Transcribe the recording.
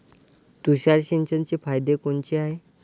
तुषार सिंचनाचे फायदे कोनचे हाये?